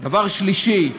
דבר שלישי,